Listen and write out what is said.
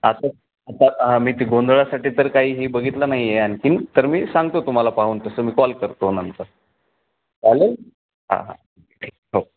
आता आता हां मी ती गोंधळासाठी तर काही हे बघितलं नाही आहे आणखी तर मी सांगतो तुम्हाला पाहून तसं मी कॉल करतो नंतर चालेल हां हां हो